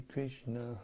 Krishna